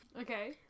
Okay